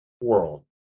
world